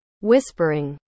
Whispering